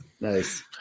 Nice